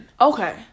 Okay